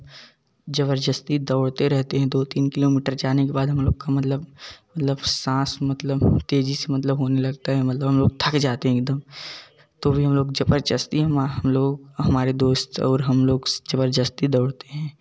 ज़बरदस्ती दौड़ते रहते हैं दो तीन किलो मीटर जाने के बाद हम लोग का मतलब मतलब साँस मतलब तेज़ी से मतलब होने लगता है मतलब हम लोग थक जाते हैं एकदम तो भी हम लोग ज़बरदस्ती मा हम लोग हमारे दोस्त और हम लोग ज़बरदस्ती दौड़ते हैं